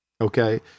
okay